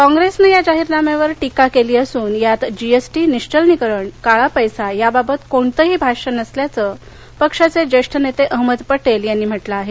कॉप्रेसनं या जाहीरनाम्यावर टीका केली असून यात जी एस टी निश्वलनिकरण काळा पैसा याबाबत कोणतंही भाष्य नसल्याचं पक्षाचे ज्येष्ठ नेते अहमद पटेल यांनी म्हटलं आहे